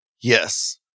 yes